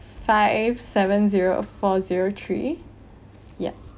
five seven zero four zero three yup